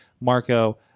Marco